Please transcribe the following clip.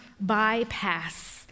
bypass